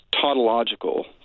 tautological